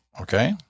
okay